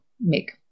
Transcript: make